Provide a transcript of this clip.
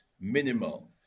minimal